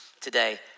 today